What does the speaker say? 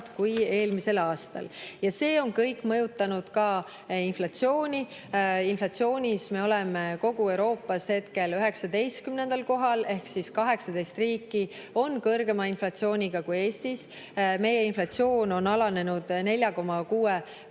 74% odavamad. See on kõik mõjutanud ka inflatsiooni. Inflatsiooni poolest me oleme kogu Euroopas hetkel 19. kohal ehk 18 riiki on kõrgema inflatsiooniga kui Eestis. Meie inflatsioon on alanenud 4,6%